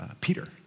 Peter